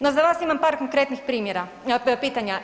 No, za vas imam par konkretnih primjera, pitanja.